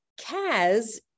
Kaz